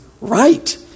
right